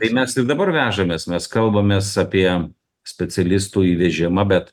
tai mes ir dabar vežamės mes kalbamės apie specialistų įvežimą bet